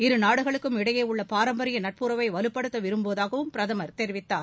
இரு நாடுகளுக்கும் இடையே உள்ள பாரம்பரிய நட்புறவை வலுப்படுத்த விரும்புவதாகவும் பிரதமர் தெரிவித்துள்ளார்